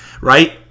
right